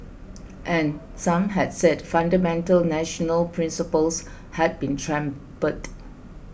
and some had said fundamental national principles had been trampled